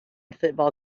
football